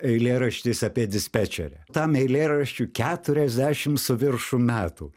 eilėraštis apie dispečerę tam eilėraščiui keturiasdešim su viršum metų